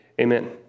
Amen